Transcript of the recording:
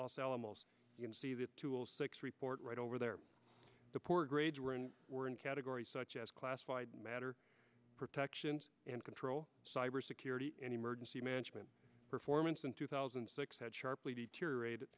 los alamos see that tools six report right over there the poor grades were and were in categories such as classified matter protections and control cyber security an emergency management performance in two thousand and six had sharply deteriorated